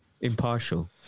impartial